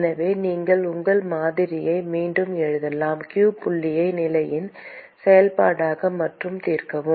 எனவே நீங்கள் உங்கள் மாதிரியை மீண்டும் எழுதலாம் q புள்ளியை நிலையின் செயல்பாடாக மற்றும் தீர்க்கவும்